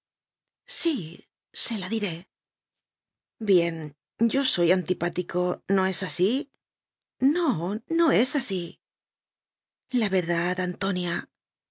sí se la diré bien yo sqy antipático no es así no no es así la verdad antonia